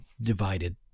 divided